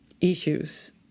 issues